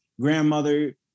Grandmother